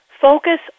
focus